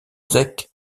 zec